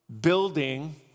building